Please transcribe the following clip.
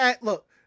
Look